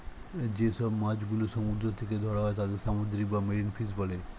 যে সব মাছ গুলো সমুদ্র থেকে ধরা হয় তাদের সামুদ্রিক বা মেরিন ফিশ বলে